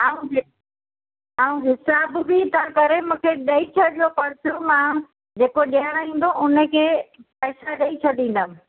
ऐं हिस ऐं हिसाब बि तव्हां करे मूंखे ॾेई छॾियो पर्चो मां जेको ॾियणु ईंदो उनखे पैसा ॾेई छॾींदमि